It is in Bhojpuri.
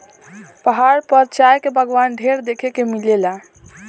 पहाड़ पर चाय के बगावान ढेर देखे के मिलेला